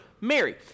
Mary